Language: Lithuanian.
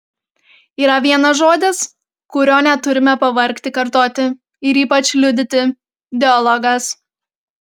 yra vienas žodis kurio neturime pavargti kartoti ir ypač liudyti dialogas